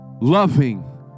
loving